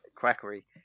Quackery